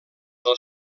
del